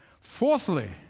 Fourthly